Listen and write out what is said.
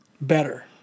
Better